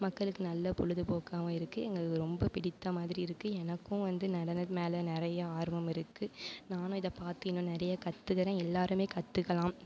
மக்களுக்கு நல்ல பொழுதுபோக்காகவும் இருக்கு எங்களுக்கு ரொம்ப பிடித்தமாரிருக்கு ஏன்னா எனக்கும் வந்து நடனம் மேலே நிறைய ஆர்வம் இருக்கு நானும் இதை பார்த்து இன்னும் நிறைய கற்றுக்குறேன் எல்லாருமே கற்றுக்கலாம்